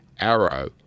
Arrow